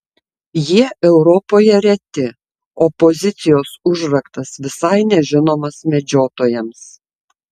jie europoje reti o pozicijos užraktas visai nežinomas medžiotojams